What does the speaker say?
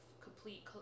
complete